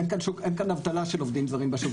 אין כאן אבטלה של עובדים זרים בשוק,